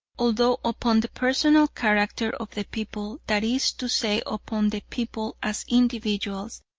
although upon the personal character of the people, that is to say upon the people as individuals,